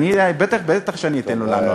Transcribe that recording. בטח, בטח שאני אתן לו לענות.